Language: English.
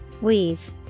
Weave